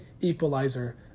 equalizer